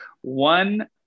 one